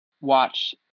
watch